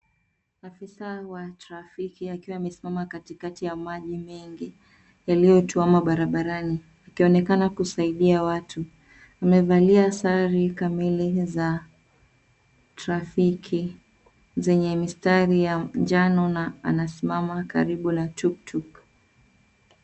Afisa wa trafiki akiwa amesimama katikati ya maji mengi, yaliotuama barabarani anaonekana kusaidia watu amevalia sare kamili za trafiki zenye mistari ya jano na anasimama karibu natuktuk.